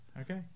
Okay